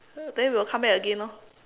then we will come back again orh